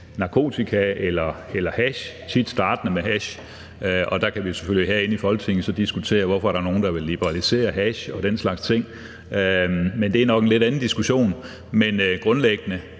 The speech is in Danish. narkotika eller hash, tit startende med hash, og der kan vi herinde i Folketinget så selvfølgelig diskutere, hvorfor der er nogle, der vil liberalisere hash og den slags ting, men det er nok lidt en anden diskussion. Men grundlæggende